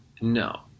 No